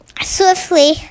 swiftly